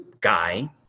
guy